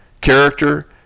character